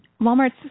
Walmart's